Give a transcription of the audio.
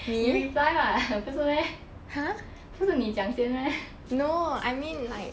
你 reply [what] 不是 meh 不是你讲先 meh